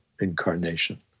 incarnation